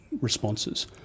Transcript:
responses